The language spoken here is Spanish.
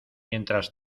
mientras